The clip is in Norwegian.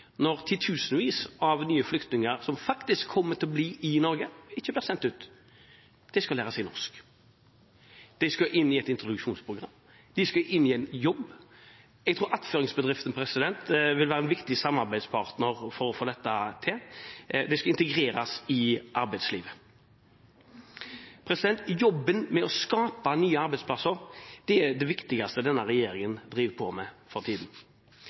når tusenvis av nye flyktninger faktisk kommer til å bli i Norge og ikke blir sendt ut. De skal lære seg norsk, de skal inn i et introduksjonsprogram, og de skal inn i jobb. Jeg tror attføringsbedriftene vil være en viktig samarbeidspartner for å få dette til. Man skal integreres i arbeidslivet. Jobben med å skape nye arbeidsplasser er det viktigste denne regjeringen driver med for tiden.